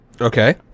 okay